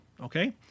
okay